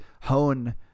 hone